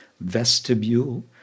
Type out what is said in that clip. Vestibule